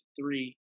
three